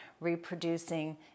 reproducing